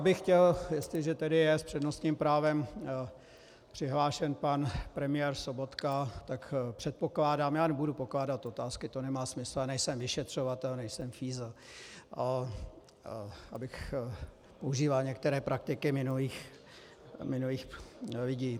Chtěl bych, jestliže tedy je s přednostním právem přihlášen pan premiér Sobotka, tak předpokládám já nebudu pokládat otázky, to nemá smysl a nejsem vyšetřovatel, nejsem fízl, abych užíval některé praktiky minulých lidí.